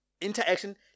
interaction